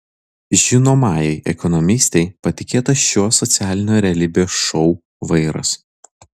žinomai ekonomistei patikėtas šio socialinio realybės šou vairas